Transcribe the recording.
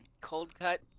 cold-cut